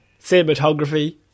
cinematography